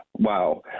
Wow